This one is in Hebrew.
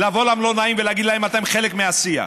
לבוא למלונאים ולהגיד להם: אתם חלק מהשיח.